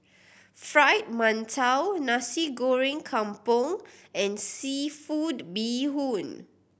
Fried Mantou Nasi Goreng Kampung and seafood bee hoon